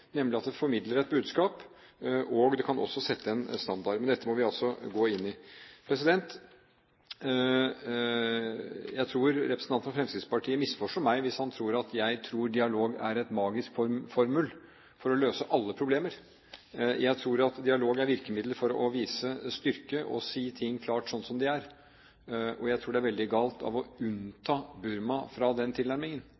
nemlig at det formidler et budskap, og det kan også sette en standard. Men dette må vi altså gå inn i. Jeg tror representanten fra Fremskrittspartiet misforstår meg hvis han tror at jeg tror dialog er en magisk formel for å løse alle problemer. Jeg tror dialog er virkemiddel for å vise styrke og si ting klart sånn som de er, og jeg tror det er veldig galt å